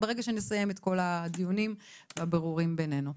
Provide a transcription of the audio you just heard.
ברגע שנסיים את כל הדיונים והבירורים בינינו.